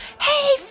Hey